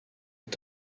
est